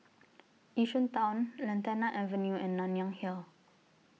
Yishun Town Lantana Avenue and Nanyang Hill